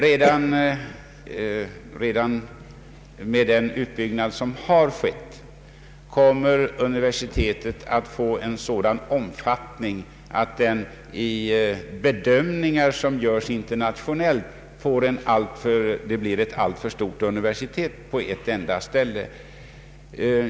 Redan med den utbyggnad som har skett kommer universitetet att få en sådan omfattning att det enligt internationella bedömningar blir ett alltför stort universitet.